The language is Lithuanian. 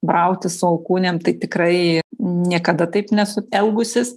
brautis alkūnėm tai tikrai niekada taip nesu elgusis